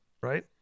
Right